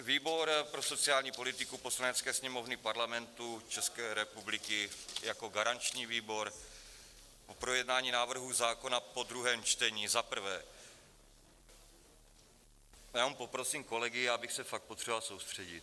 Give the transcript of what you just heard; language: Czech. Výbor pro sociální politiku Poslanecké sněmovny Parlamentu České republiky jako garanční výbor po projednání návrhů zákona po druhém čtení jenom poprosím kolegy, já bych se fakt potřeboval soustředit.